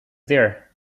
there